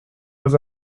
was